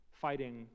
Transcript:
fighting